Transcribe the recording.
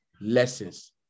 lessons